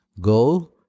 go